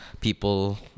people